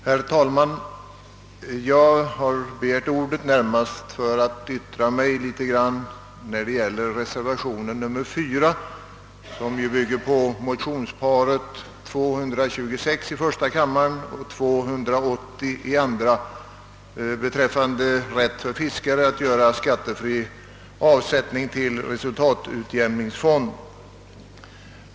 Herr talman! Jag har begärt ordet närmast för att något beröra reservationen 4, som bygger på motionsparet I: 226 och II: 280 beträffande rätt för fiskare att göra skattefri avsättning till resultatutjämningsfond.